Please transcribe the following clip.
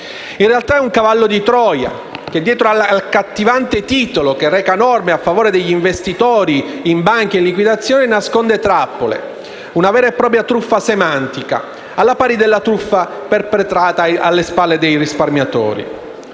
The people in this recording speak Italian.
In realtà questo è un cavallo di Troia, perché, dietro all'accattivante titolo che reca «Norme a favore degli investitori in banche in liquidazione», esso nasconde trappole. Una vera e propria truffa semantica, al pari della truffa perpetrata alle spalle dei risparmiatori.